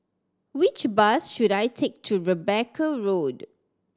which bus should I take to Rebecca Road